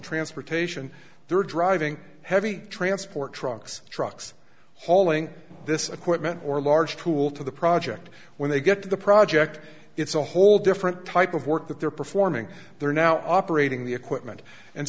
transportation there driving heavy transport trucks trucks hauling this equipment or large tool to the project when they get to the project it's a whole different type of work that they're performing they're now operating the equipment and